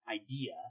idea